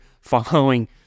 following